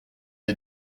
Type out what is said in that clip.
les